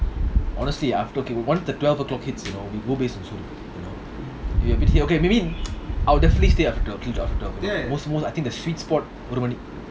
honestly after okay once the twelve o'clock hits you know we go okay maybe I'll definitely after twelve to after twelve most most I think the sweet spot